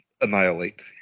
annihilate